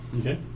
Okay